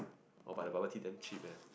orh but the bubble tea damn cheap eh